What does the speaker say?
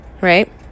Right